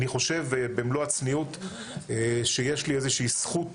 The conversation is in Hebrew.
אני חושב במלוא הצניעות שיש לי איזה שהיא זכות